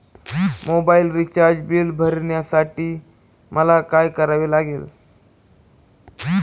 Mobile recharge bill भरण्यासाठी मला काय करावे लागेल?